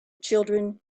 children